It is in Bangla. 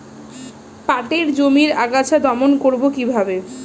পাটের জমির আগাছা দমন করবো কিভাবে?